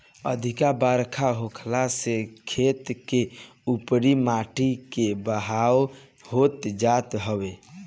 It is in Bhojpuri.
अधिका बरखा होखला से खेत के उपरी माटी के बहाव होत जात हवे